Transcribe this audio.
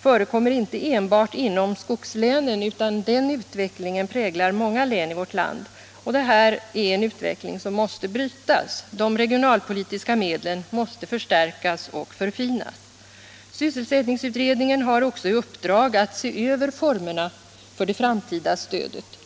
förekommer inte enbart inom skogslänen, utan den utvecklingen präglar många län i vårt land. Det här är en utveckling som måste brytas. De regionalpolitiska medlen måste förstärkas och förfinas. Sysselsättningsutredningen har också i uppdrag att se över formerna för det framtida stödet.